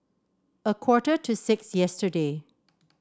a quarter to six yesterday